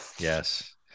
Yes